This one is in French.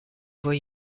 voix